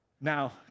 Now